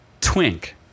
twink